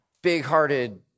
big-hearted